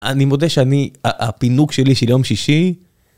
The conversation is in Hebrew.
אני מודה שאני, הפינוק שלי של יום שישי